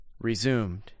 resumed